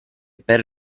per